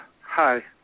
Hi